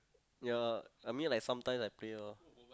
ya I mean like sometimes I play lor